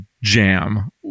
jam